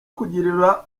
kugirira